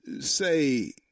say